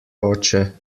oče